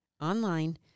online